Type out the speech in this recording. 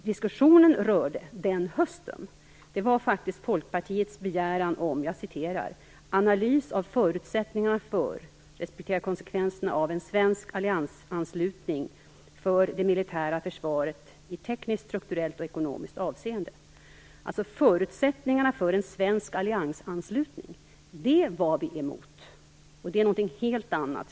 Diskussionen den hösten rörde faktiskt Folkpartiets begäran om analys av förutsättningarna för respektive konsekvenserna av en svensk alliansanslutning för det militära försvaret i tekniskt, strukturellt och ekonomiskt avseende. Det gällde alltså förutsättningar för en svensk alliansanslutning. Det var vi emot. Det är något helt annat.